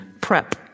prep